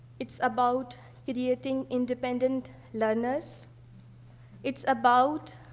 it's about creating independent learners it's about